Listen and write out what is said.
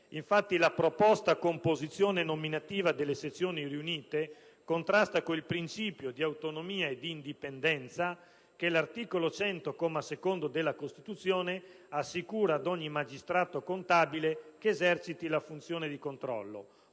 Infatti, la proposta composizione nominativa delle sezioni riunite contrasta con il principio di autonomia e di indipendenza che l'articolo 100, comma secondo, della Costituzione assicura ad ogni magistrato contabile che eserciti la funzione di controllo,